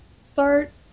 start